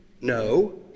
No